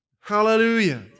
Hallelujah